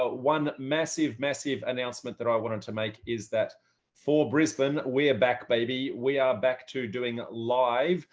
ah one massive, massive announcement that i wanted to make is that for brisbane, we are back, baby. we are back to doing live